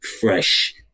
fresh